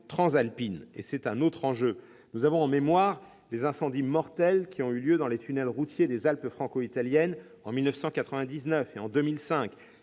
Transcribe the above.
dans cette zone transalpine. Nous avons en mémoire les incendies mortels qui ont eu lieu dans les tunnels routiers des Alpes franco-italiennes en 1999 et 2005,